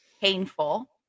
painful